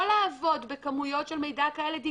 אבל זה לא יכול לעבוד בכמויות כאלה של מידע דיגיטלי,